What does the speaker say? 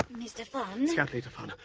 mr funn? scout leader funn!